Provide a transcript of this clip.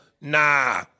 Nah